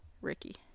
Ricky